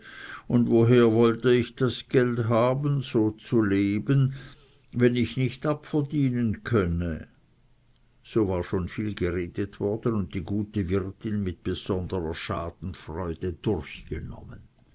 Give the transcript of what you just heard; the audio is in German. und woher wollte ich das geld haben so zu leben wenn ich nicht abverdienen könne so war schon viel geredet worden und die gute wirtin mit besonderer schadenfreude durchgenommen